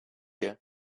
you